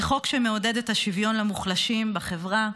זה חוק שמעודד את השוויון למוחלשים בחברה,